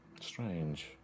Strange